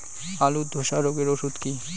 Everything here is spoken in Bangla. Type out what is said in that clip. আলুর ধসা রোগের ওষুধ কি?